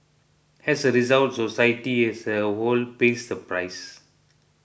as a result society as a whole pays the price